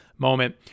moment